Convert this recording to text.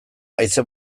haize